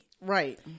right